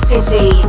City